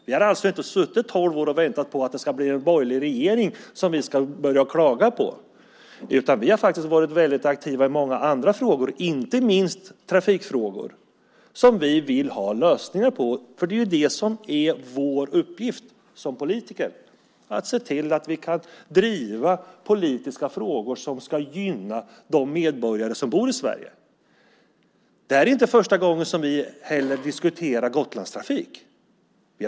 Vi har alltså inte suttit tolv år och väntat på att det ska bli en borgerlig regering som vi kan börja klaga på, utan vi har varit mycket aktiva i många frågor, inte minst i trafikfrågor, som vi vill ha lösningar på. Vår uppgift som politiker är ju att driva politiska frågor som gynnar de medborgare som bor i Sverige. Det är inte första gången som vi diskuterar Gotlandstrafiken.